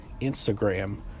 Instagram